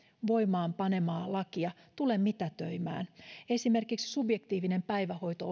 voimaan panemaa lakia tule mitätöimään esimerkiksi subjektiivisen päivähoito